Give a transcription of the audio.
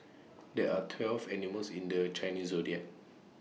there are twelve animals in the Chinese Zodiac